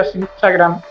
Instagram